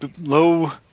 low